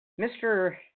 Mr